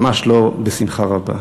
ממש לא בשמחה רבה.